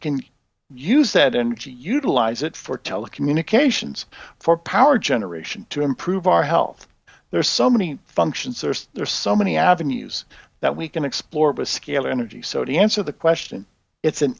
can use that energy utilize it for telecommunications for power generation to improve our health there are so many functions there are so many avenues that we can explore with scalar energy so to answer the question it's an